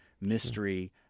mystery